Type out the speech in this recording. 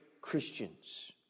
Christians